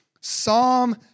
Psalm